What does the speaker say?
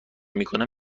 میکنم